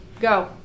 Go